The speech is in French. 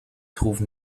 trouve